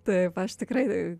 taip aš tikrai